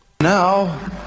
now